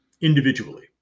individually